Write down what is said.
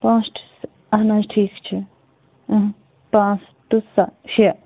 پانٛژھ ٹُو اَہن حظ ٹھیٖک چھُ پانٛژھ ٹُو سَہ شےٚ